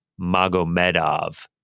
Magomedov